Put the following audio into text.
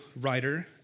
writer